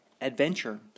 Adventure